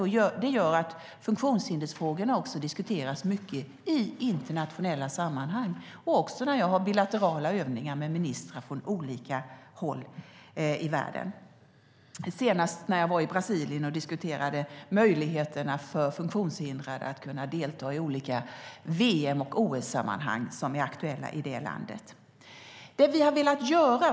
Undertecknandet innebär att funktionshindersfrågorna diskuteras mycket i internationella sammanhang och också i de bilaterala övningar jag har med ministrar från olika håll i världen. Senast var jag i Brasilien och diskuterade möjligheterna för funktionshindrade att delta i olika VM och OS-sammanhang som är aktuella i det landet.